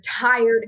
tired